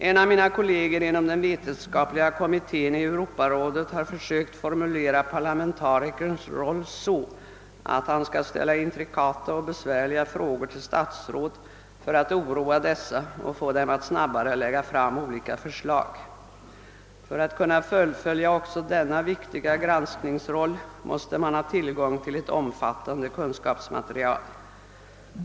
En av mina kolleger inom den vetenskapliga kommittén i Europarådet har försökt att formulera parlamentarikerns roll så, att han skall ställa intrikata och besvärliga frågor till statsråd för att oroa dem och få dem att snabbare lägga fram olika förslag. För att kunna fullfölja också denna = viktiga Sranskningsroll måste man ha tillgång till ett omfattande kunskapsmaterial.